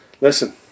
Listen